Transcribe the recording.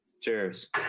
Cheers